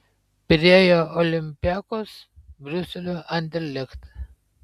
pirėjo olympiakos briuselio anderlecht